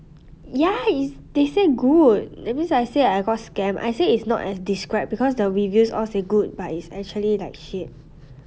ya is they say good that means I say I got scammed I said is not as described because the reviews all say good but it's actually like shit